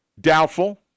Doubtful